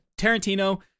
tarantino